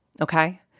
Okay